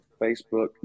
Facebook